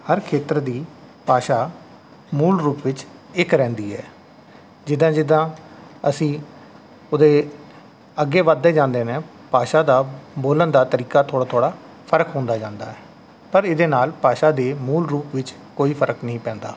ਹਰ ਖੇਤਰ ਦੀ ਭਾਸ਼ਾ ਮੂਲ ਰੂਪ ਵਿੱਚ ਇੱਕ ਰਹਿੰਦੀ ਹੈ ਜਿੱਦਾਂ ਜਿੱਦਾਂ ਅਸੀਂ ਉਹਦੇ ਅੱਗੇ ਵਧਦੇ ਜਾਂਦੇ ਨੇ ਭਾਸ਼ਾ ਦਾ ਬੋਲਣ ਦਾ ਤਰੀਕਾ ਥੋੜ੍ਹਾ ਥੋੜ੍ਹਾ ਫਰਕ ਹੁੰਦਾ ਜਾਂਦਾ ਹੈ ਪਰ ਇਹਦੇ ਨਾਲ ਭਾਸ਼ਾ ਦੇ ਮੂਲ ਰੂਪ ਵਿੱਚ ਕੋਈ ਫਰਕ ਨਹੀਂ ਪੈਂਦਾ